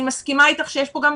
אני מסכימה איתך שיש פה גם: